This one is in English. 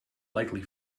likely